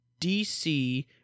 dc